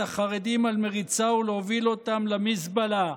החרדים על מריצה ולהוביל אותם למזבלה,